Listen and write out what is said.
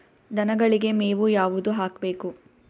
ದನಗಳಿಗೆ ಮೇವು ಯಾವುದು ಹಾಕ್ಬೇಕು?